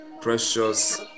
precious